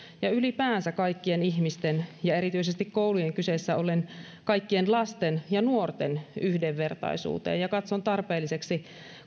ja ylipäänsä kaikkien ihmisten ja erityisesti koulujen kyseessä ollen kaikkien lasten ja nuorten yhdenvertaisuutta kohtaan ja katson tarpeelliseksi